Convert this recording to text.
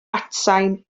atsain